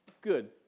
good